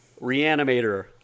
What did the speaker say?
Reanimator